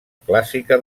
clàssica